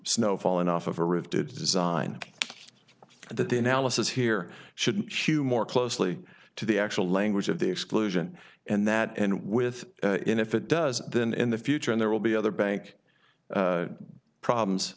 snow falling off of a roof to design that the analysis here should cue more closely to the actual language of the exclusion and that and with it if it does than in the future and there will be other bank problems